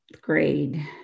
grade